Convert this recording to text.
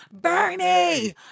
Bernie